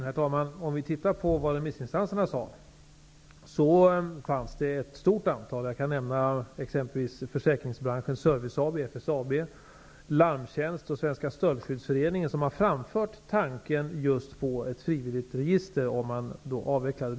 Herr talman! Om vi tittar på vad remissinstanserna sade, har ett stort antal -- jag kan nämna exempelvis Försäkringsbranschens service AB; FSAB, Larmtjänst och Svenska stöldskyddsföreningen -- framfört tanken på ett frivilligt register om det nuvarande avvecklas.